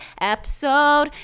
episode